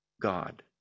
God